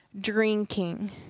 drinking